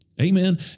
Amen